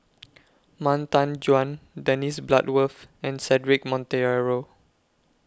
Han Tan Juan Dennis Bloodworth and Cedric Monteiro